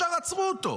ישר עצרו אותו.